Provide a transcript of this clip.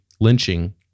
lynching